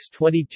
22